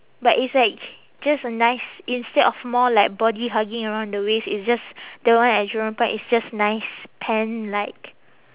but it's like just a nice instead of more like body hugging around the waist it's just the one at jurong point is just nice pant like